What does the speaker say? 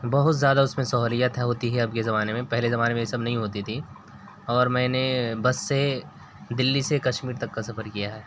بہت زیادہ اس میں سہولیت ہوتی ہے اب کے زمانے میں پہلے زمانے میں یہ سب نہیں ہوتی تھیں اور میں نے بس سے دلی سے کشمیر تک کا سفر کیا ہے